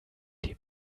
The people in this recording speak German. dem